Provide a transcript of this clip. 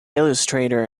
illustrator